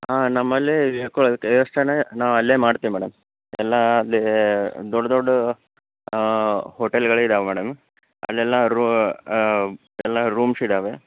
ಹಾಂ ನಮ್ಮಲ್ಲಿ ಇಳ್ಕೊಳ್ಳೋದಕ್ಕೆ ವ್ಯವಸ್ಥೆನ ನಾವಲ್ಲೇ ಮಾಡ್ತೇವೆ ಮೇಡಮ್ ಎಲ್ಲ ಅಲ್ಲೇ ದೊಡ್ದೊಡ್ಡ ಹೋಟೆಲ್ಗಳಿದ್ದಾವೆ ಮೇಡಮ್ ಅಲ್ಲೆಲ್ಲ ರೂ ಎಲ್ಲ ರೂಮ್ಸ್ ಇದ್ದಾವೆ